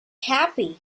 happy